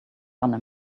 gonna